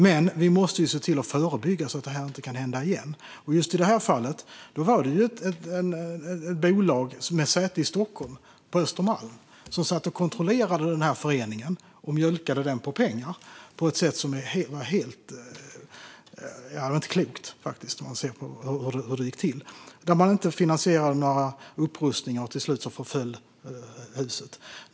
Men vi måste se till att förebygga, så att detta inte kan hända igen. Just i det här fallet var det ett bolag med säte på Östermalm i Stockholm som satt och kontrollerade föreningen och mjölkade den på pengar. Det var inte klokt, faktiskt, om man ser på hur det gick till. Man finansierade inga upprustningar, och till slut förföll huset.